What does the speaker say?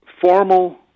formal